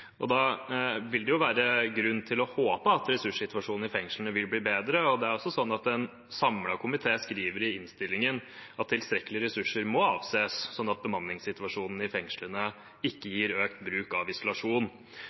Da er det grunn til å håpe at ressurssituasjonen i fengslene vil bli bedre. En samlet komité skriver i innstillingen at tilstrekkelige ressurser må avses, slik at bemanningssituasjonen i fengslene ikke gir økt bruk av isolasjon.